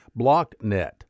BlockNet